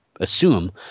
assume